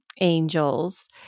angels